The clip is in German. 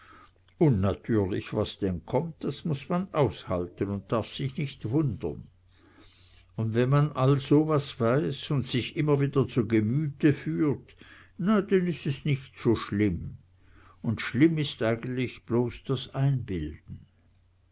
un natürlich was denn kommt das muß man aushalten un darf sich nicht wundern un wenn man all so was weiß und sich immer wieder zu gemüte führt na denn is es nich so schlimm un schlimm is eigentlich man bloß das einbilden